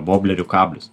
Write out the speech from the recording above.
voblerių kablius